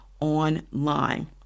online